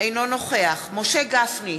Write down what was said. אינו נוכח משה גפני,